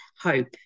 hope